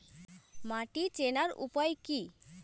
মাটি চেনার উপায় কি?